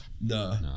no